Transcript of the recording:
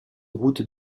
route